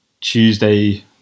Tuesday